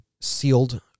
sealed